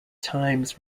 times